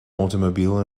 automobile